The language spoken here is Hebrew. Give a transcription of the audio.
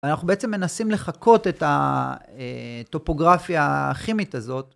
אנחנו בעצם מנסים לחכות את הטופוגרפיה הכימית הזאת.